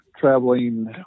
traveling